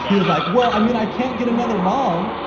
he was like, well, i mean, i can't get another mom.